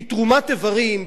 כי תרומת איברים,